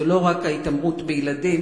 זו לא רק ההתעמרות בתלמידים,